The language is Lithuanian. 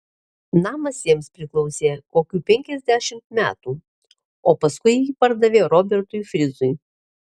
namas jiems priklausė kokių penkiasdešimt metų o paskui jį pardavė robertui frizui